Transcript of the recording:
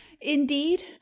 Indeed